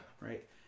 Right